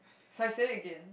so I said it again